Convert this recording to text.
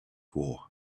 war